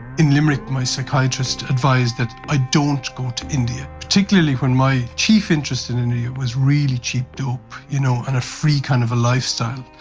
in limerick my psychiatrist advised that i don't go to india, particularly when my chief interest in india was really cheap dope you know and a free kind of a lifestyle.